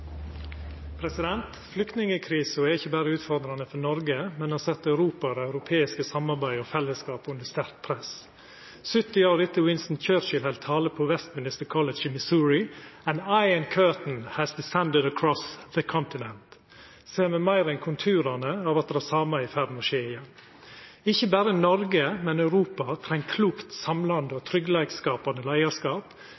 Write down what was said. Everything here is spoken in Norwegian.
hovedspørsmål. Flyktningkrisa er ikkje berre utfordrande for Noreg, men har sett Europa og det europeiske samarbeidet og fellesskapet under sterkt press. 70 år etter at Winston Churchill heldt tale på Westminster College i Missouri – «an iron curtain has descended across the Continent» – ser me meir enn konturane av at det same er i ferd med å skje igjen. Ikkje berre Noreg, men òg Europa treng klok, samlande